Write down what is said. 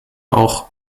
auch